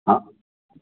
हाँ